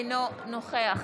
אינו נוכח